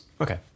Okay